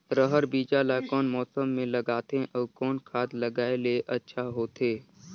रहर बीजा ला कौन मौसम मे लगाथे अउ कौन खाद लगायेले अच्छा होथे?